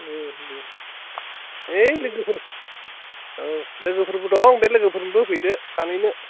है लोगोफोर औ लोगोफोरबो दं बे लोगोफोरनोबो होफैदो सानैनो